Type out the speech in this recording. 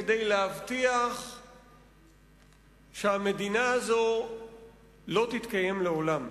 כדי להבטיח שהמדינה הזאת לא תתקיים לעולם.